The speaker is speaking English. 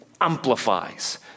amplifies